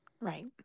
Right